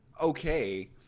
okay